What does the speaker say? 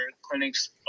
clinics